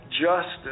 justice